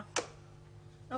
ההצעה של חברת הכנסת